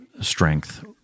strength